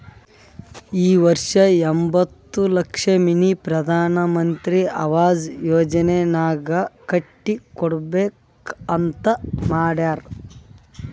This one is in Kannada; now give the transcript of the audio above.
ಈ ವರ್ಷ ಎಂಬತ್ತ್ ಲಕ್ಷ ಮನಿ ಪ್ರಧಾನ್ ಮಂತ್ರಿ ಅವಾಸ್ ಯೋಜನಾನಾಗ್ ಕಟ್ಟಿ ಕೊಡ್ಬೇಕ ಅಂತ್ ಮಾಡ್ಯಾರ್